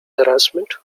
harassment